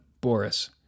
Boris